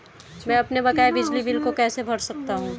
मैं अपने बकाया बिजली बिल को कैसे भर सकता हूँ?